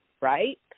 Right